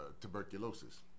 tuberculosis